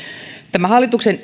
tämän hallituksen